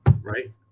right